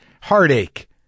heartache